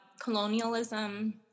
colonialism